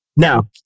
Now